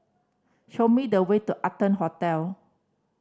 show me the way to Arton Hotel